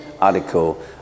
article